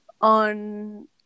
on